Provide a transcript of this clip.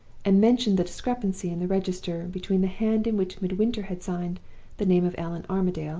and mentioned the discrepancy in the register between the hand in which midwinter had signed the name of allan armadale,